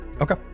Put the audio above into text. Okay